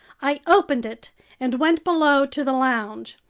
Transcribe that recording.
i opened it and went below to the lounge.